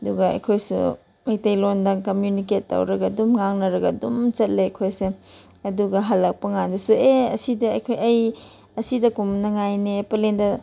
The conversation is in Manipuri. ꯑꯗꯨꯒ ꯑꯩꯈꯣꯏꯁꯨ ꯃꯩꯇꯩꯂꯣꯟꯗ ꯀꯃ꯭ꯌꯨꯅꯤꯀꯦꯠ ꯇꯧꯔꯒ ꯑꯗꯨꯝ ꯉꯥꯡꯅꯔꯒ ꯑꯗꯨꯝ ꯆꯠꯂꯦ ꯑꯩꯈꯣꯏꯁꯦ ꯑꯗꯨꯒ ꯍꯜꯂꯛꯄꯀꯥꯟꯗꯁꯨ ꯑꯦ ꯑꯁꯤꯗ ꯑꯩꯈꯣꯏ ꯑꯩ ꯑꯁꯤꯗ ꯀꯨꯝꯅꯉꯥꯏꯅꯦ ꯄꯂꯦꯜꯗ